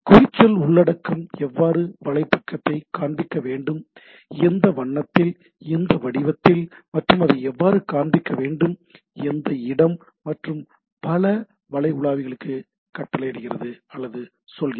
குறிச்சொல் உள்ளடக்கம் எவ்வாறு வலைப்பக்கத்தை காண்பிக்க வேண்டும் எந்த வண்ணத்தில் எந்த வடிவத்தில் மற்றும் அதை எவ்வாறு காண்பிக்க வேண்டும் எந்த இடம் மற்றும் பல வலை உலாவிக்கு கட்டளையிடுகிறது அல்லது சொல்கிறது